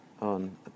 on